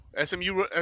SMU